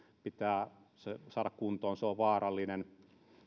pitää saada kuntoon se on vaarallinen